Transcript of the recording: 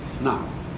Now